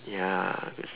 ya with